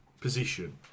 position